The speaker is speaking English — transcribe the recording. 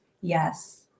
Yes